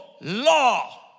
law